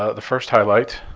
ah the first highlight,